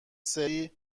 سری